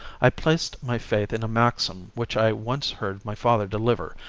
i placed my faith in a maxim which i once heard my father deliver,